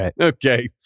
Okay